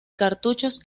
cartuchos